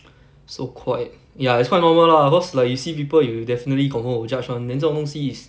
so quite ya it's quite normal lah cause like you see people you will definitely confirm will judge [one] then 这种东西 is